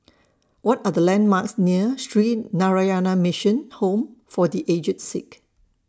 What Are The landmarks near Sree Narayana Mission Home For The Aged Sick